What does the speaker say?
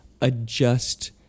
adjust